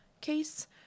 case